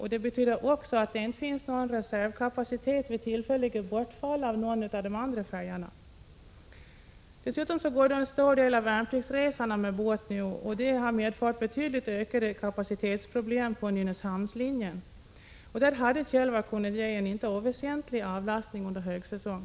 Vidare innebär det att det inte finns någon reservkapacitet vid tillfälliga bortfall av någon av de andra färjorna. Dessutom sker nu en stor del av värnpliktsresorna med båt, något som har medfört en betydlig ökning av kapacitetsproblemen på Nynäshamnslinjen. Här hade Tjelvar kunnat ge en inte oväsentlig avlastning under högsäsong.